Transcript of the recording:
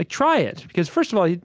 ah try it, because, first of all,